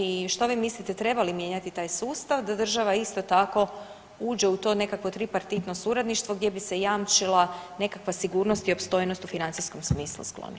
I što vi mislite treba li mijenjati taj sustav da država isto tako uđe u to nekakvo tripartitno suradništvo gdje bi se jamčila nekakva sigurnost i opstojnost u financijskom smislu u skloništu.